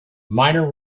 minor